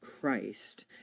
Christ